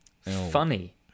funny